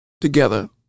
together